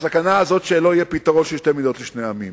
הסכנה הזאת היא שלא יהיה פתרון של שתי מדינות לשני עמים.